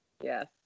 Yes